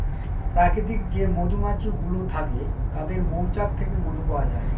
প্রাকৃতিক যে মধুমাছি গুলো থাকে তাদের মৌচাক থেকে মধু পাওয়া যায়